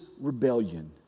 rebellion